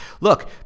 look